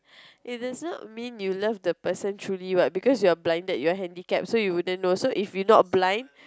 it does not mean you love the person truly what because you are blinded you are handicapped so you wouldn't know so if we not blind